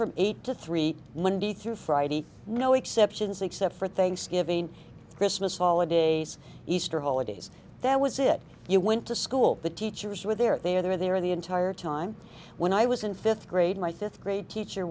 from eight to three monday through friday no exceptions except for thanksgiving christmas holidays easter holidays that was it you went to school the teachers were there they're there they're in the entire time when i was in fifth grade my fifth grade teacher